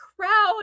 crowd